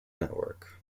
network